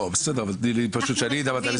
תני לי זמן.